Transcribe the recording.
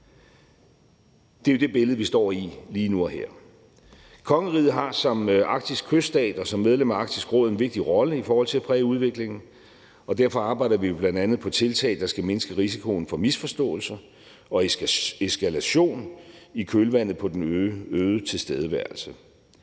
Det er jo det billede, vi står med lige nu og her. Kongeriget har som arktisk kyststat og som medlem af Arktisk Råd en vigtig rolle i forhold til at præge udviklingen, og derfor arbejder vi jo bl.a. på tiltag, der skal mindske risikoen for misforståelser og eskalation i kølvandet på den øgede tilstedeværelse.